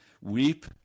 weep